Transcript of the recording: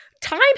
Time